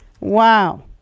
Wow